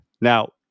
Now